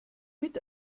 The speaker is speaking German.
mit